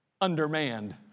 undermanned